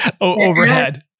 overhead